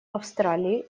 австралии